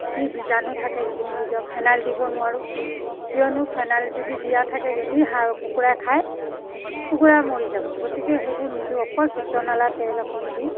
যি বীজাণু থাকে সেইখিনি গুচাওঁ ফেনাইল দিব নোৱাৰোঁ কিয়নো ফেনাইল যদি দিয়া থাকে যদি হাঁহ কুকুৰাই খায় কুকুৰা মৰি যাব গতিকে সেইবোৰ নিদিওঁ অকণ চিত্ৰনলা তেল অকণ দি